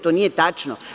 To nije tačno.